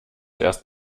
erst